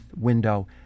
window